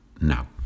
now